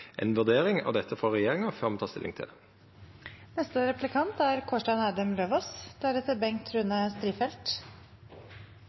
vurdering av dette frå regjeringa før me tek stilling til det. Dette er